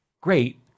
great